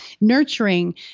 nurturing